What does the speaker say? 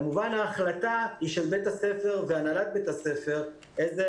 כמובן שההחלטה היא של בית הספר והנהלת בית הספר איזה